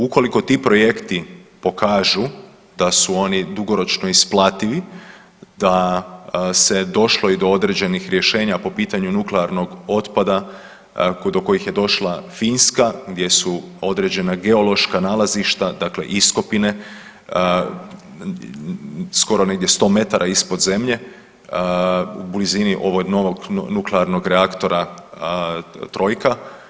Ukoliko ti projekti pokažu da su oni dugoročno isplativi, da se došlo i do određenih rješenja po pitanju nuklearnog otpada do kojih je došla Finska gdje su određena geološka nalazišta, dakle iskopine skoro negdje sto metara ispod zemlje u blizini ovog novog nuklearnog reaktora trojka.